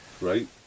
right